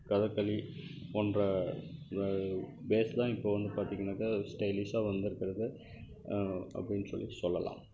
கதகளி போன்ற இவை பேஸ்தான் இப்போ வந்து பார்த்திங்கனாக்க ஸ்டைலிஷாக வந்திருக்கிறது அப்படினு சொல்லி சொல்லலாம்